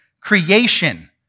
creation